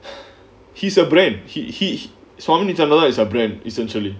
he's a brand he he swami nithyanantha is a brand essentially